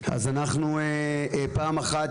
פעם אחת,